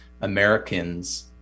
Americans